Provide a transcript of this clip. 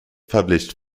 published